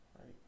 Right